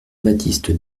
baptiste